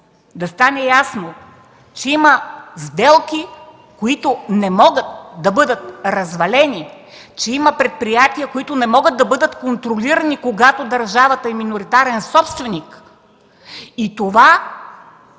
представители, че има сделки, които не могат да бъдат развалени, че има предприятия, които не могат да бъдат контролирани, когато държавата е миноритарен собственик.